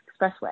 Expressway